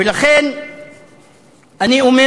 לכן אני אומר